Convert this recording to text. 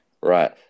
Right